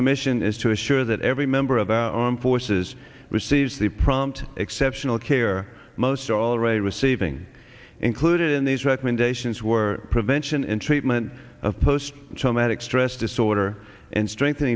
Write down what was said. commission is to assure that every member of our armed forces receives the prompt exceptional care most are already receiving included in these recommendations were prevention and treatment of post traumatic stress disorder and strengthen